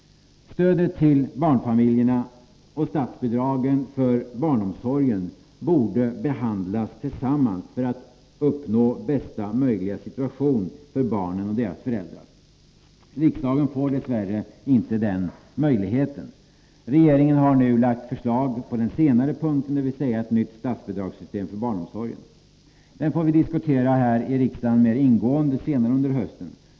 Stödet till barnfamiljerna och statsbidragen för barnomsorg borde behandlas tillsammans för att bästa möjliga situation för barnen och deras föräldrar skall uppnås. Riksdagen får dess värre inte den möjligheten. Regeringen har nu lagt fram ett förslag på den senare punkten — dvs. ett förslag till nytt statsbidragssystem för barnomsorgen. Det får vi diskutera här i riksdagen mer ingående senare under hösten.